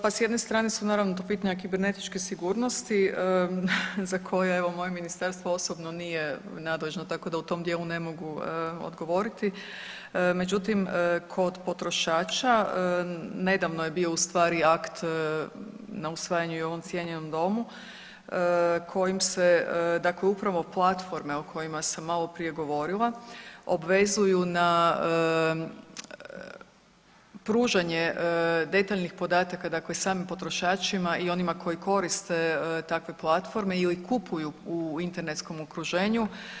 Pa s jedne strane su naravno to pitanja kibernetičke sigurnosti za koje evo moje ministarstvo nije nadležno tako da u tom dijelu ne mogu odgovoriti, međutim kod potrošača nedavno je bio ustvari akt na usvajanju i u ovom cijenjenom domu kojim se upravo platforme o kojima sam maloprije govorila obvezuju na pružanje detaljnih podataka samim potrošačima i onima koji koriste takve platforme ili kupuju u internetskom okruženju.